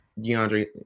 DeAndre